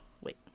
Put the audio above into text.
wait